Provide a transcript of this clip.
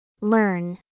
Learn